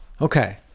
Okay